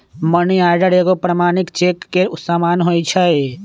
money order एगो प्रमाणिक cheque के समान होइ छै